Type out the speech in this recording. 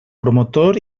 promotor